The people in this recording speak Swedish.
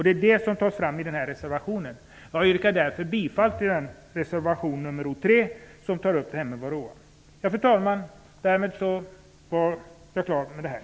Det framkommer i reservationen. Jag yrkar bifall till reservation 3, som tar upp frågan om varroakvalster.